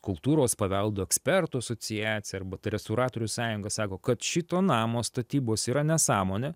kultūros paveldo ekspertų asociacija arba ta restauratorių sąjunga sako kad šito namo statybos yra nesąmonė